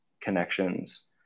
connections